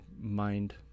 mind